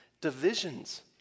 divisions